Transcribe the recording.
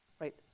right